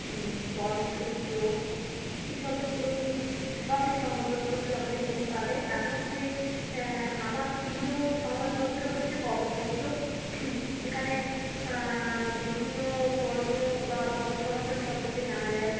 কর্মক্ষেত্র এইসব সবই সংবাদপত্রগুলো আমাদের এখানে পাওয়া যায় তার মধ্যে আমার প্রিয় সংবাদপত্র হচ্ছে কর্মক্ষেত্র যেখানে বিভিন্ন কর্ম বা কর্মসংস্থান সম্পর্কে জানা যায়